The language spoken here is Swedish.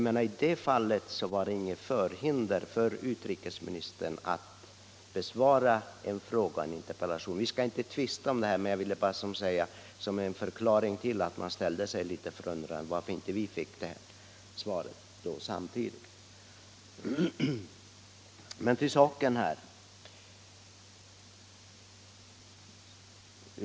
I det fallet var det inget hinder för utrikesministern att samtidigt besvara en fråga och en interpellation. Vi skall inte tvista om detta, men jag ville bara ge en förklaring till att man ställde sig litet undrande — varför inte vi fick svaren samtidigt. Men till saken!